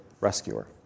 rescuer